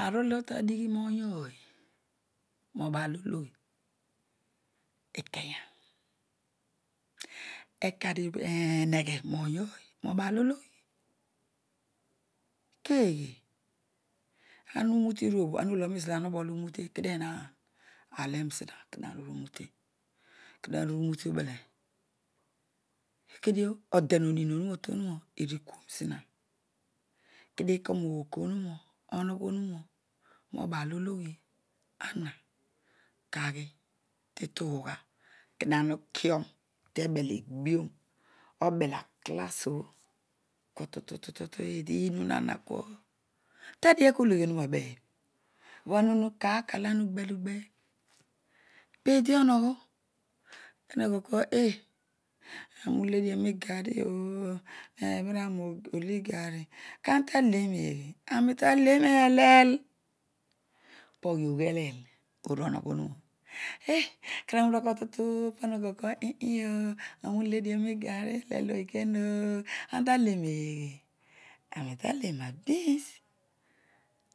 Aarolo tadigli, momj ooy pobaloloso ikenya ekare weghe oony ory aabalolom, keegze ang lumute vrnobles ara ologhe nuo nezo ana ubolupute kedis chaan ale znakedio ema uru route ubele kedio ode who, nomi bho tomuraa iru kuorm znia kedio ikemo koor ohuna onigro onung roobaal ologhi ana kaghir kiturgha kedio ana lukion to belogbun obel akalas obo kua tuturou peedi inon ana kua tadighi eko kolo ghi onuma abeba? Hestertios kaar kam bho ana ugled peedi onogho ahaghol kua eeh caormi uledis ruigarroh, webhet a ani reole lgari kanta lemerge erat take meler pooghi ogha edel oral omogen onuma omta leneeghe aaro tahe roabeans